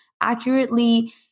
accurately